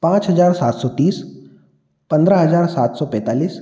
पाँच हजार सात सौ तीस पंद्रह हजार सात सौ पैंतालीस